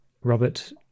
Robert